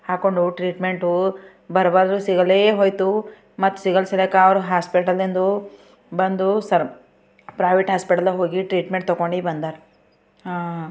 ಹಾಕೊಂಡು ಟ್ರೀಟ್ಮೆಂಟು ಬರ್ಬಾದು ಸಿಗಲ್ಲೇ ಹೋಯಿತು ಮತ್ತು ಸಿಗಲ್ಸಿಲಕ ಅವರು ಹಾಸ್ಪೆಟಲಿಂದ ಬಂದು ಸರ್ ಪ್ರೈವೇಟ್ ಹಾಸ್ಪಿಟಲ್ದಾಗ ಹೋಗಿ ಟ್ರೀಟ್ಮೆಂಟ್ ತೊಗೊಂಡು ಬಂದಾರ